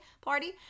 party